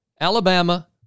Alabama